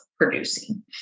producing